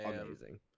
amazing